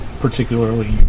particularly